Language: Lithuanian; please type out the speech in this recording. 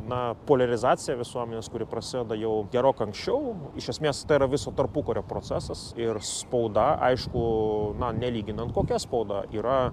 na poliarizacija visuomenės kuri prasideda jau gerokai anksčiau iš esmės tai yra viso tarpukario procesas ir spauda aišku na nelyginant kokia spauda yra